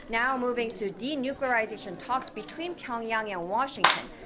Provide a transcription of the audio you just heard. now moving to denuclearization talks between pyeongyang and washington.